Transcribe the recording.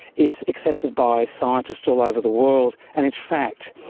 it's accepted by scientists all over the world, and it's fact.